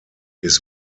his